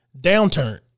downturn